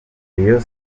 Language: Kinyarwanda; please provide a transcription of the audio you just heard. rayon